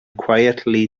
quietly